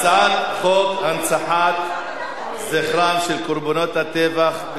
הנצחת זכרם של קורבנות הטבח בכפר-קאסם,